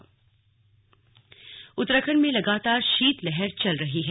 slug मौसम उत्तराखंड में लगातार शीतलहर चल रही है